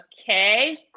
okay